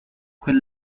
when